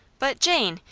but, jane,